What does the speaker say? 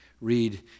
Read